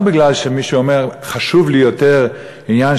לא בגלל שמישהו אומר: חשוב לי יותר עניין